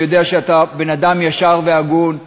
אני יודע שאתה בן-אדם ישר והגון,